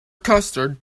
custard